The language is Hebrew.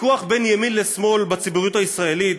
הוויכוח בין ימין לשמאל בציבוריות הישראלית,